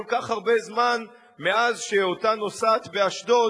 כך הרבה זמן מאז הופלתה אותה נוסעת באשדוד.